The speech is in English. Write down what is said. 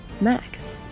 Max